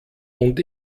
und